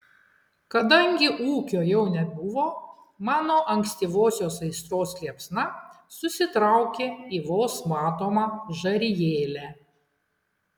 kadangi ūkio jau nebuvo mano ankstyvosios aistros liepsna susitraukė į vos matomą žarijėlę